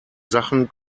sachen